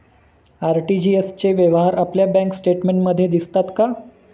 RTGS चे व्यवहार आपल्या बँक स्टेटमेंटमध्ये दिसतात का?